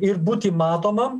ir būti matomam